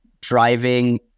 driving